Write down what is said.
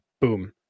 boom